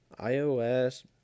iOS